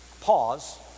pause